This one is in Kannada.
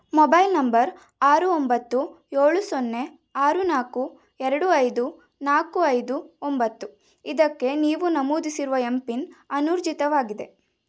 ಮೊಬೈಲ್ ನಂಬರ್ ಆರು ಒಂಬತ್ತು ಏಳು ಸೊನ್ನೆ ಆರು ನಾಲ್ಕು ಎರಡು ಐದು ನಾಲ್ಕು ಐದು ಒಂಬತ್ತು ಇದಕ್ಕೆ ನೀವು ನಮೂದಿಸಿರುವ ಎಂ ಪಿನ್ ಅನೂರ್ಜಿತವಾಗಿದೆ